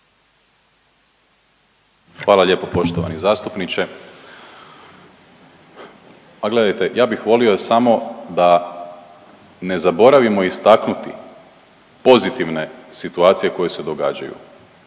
Hvala lijepo poštovani zastupniče. A gledajte ja bih volio samo da ne zaboravimo istaknuti pozitivne situacije koje se događaju,